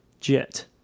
jet